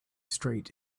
straight